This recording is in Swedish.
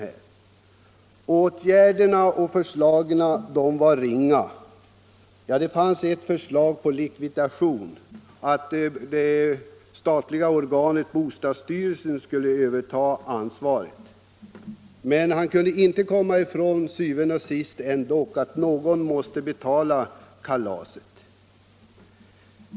Förslagen till åtgärder var få i herr Wennerfors anförande. Ja, det fanns ett förslag om likvidation — att det statliga organet bostadsstyrelsen skulle överta ansvaret. Men herr Wennerfors kunde inte komma ifrån att någon til syvende og sidst måste betala kalaset.